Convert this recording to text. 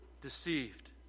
deceived